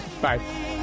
Bye